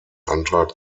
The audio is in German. antrag